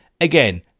again